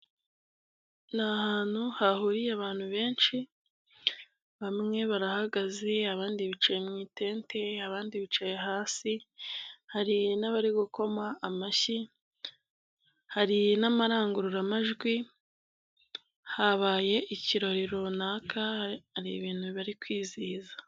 Ni ahantu hahuriye abantu benshi bamwe barahagaze abandi bicaye mu itente abandi bicaye hasi, hari n'abari gukoma amashyi hari n'amarangururamajwi, habaye ikirori runaka hari ibintu bari kwizihiza.